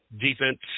Defense